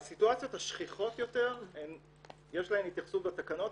לסיטואציות השכיחות יותר יש התייחסות בתקנות.